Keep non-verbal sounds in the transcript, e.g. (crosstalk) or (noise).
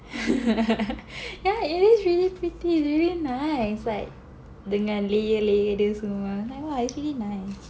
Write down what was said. (laughs) yeah it is really pretty really nice like dengan layer layer dia semua ya ah it's really nice